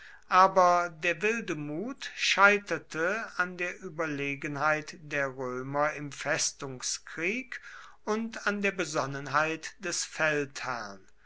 aber der wilde mut scheiterte an der überlegenheit der römer im festungskrieg und an der besonnenheit des feldherrn